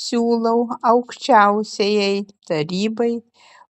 siūlau aukščiausiajai tarybai